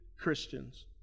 Christians